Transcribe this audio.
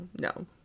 no